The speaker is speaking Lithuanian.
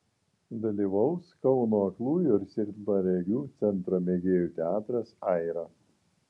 dalyvaus kauno aklųjų ir silpnaregių centro mėgėjų teatras aira